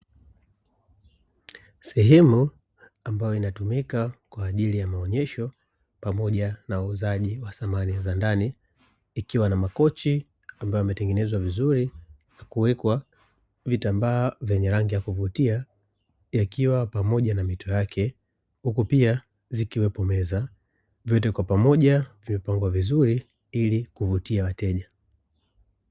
Sehemu ambao inatumika kwa ajili ya maonyesho pamoja na uuzaji wa samani za ndani, ikiwa na makochi ambayo yametengenezwa vizuri na kuwekwa vitambaa venye rangi ya kuvutia, yakiwa pamoja na mito yake; huku pia zikiwepo meza. Vyote kwa pamoja vimepangwa vizuri ili kuvutia wateja.